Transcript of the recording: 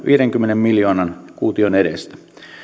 viidenkymmenen miljoonan kuution edestä